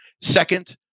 Second